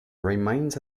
remains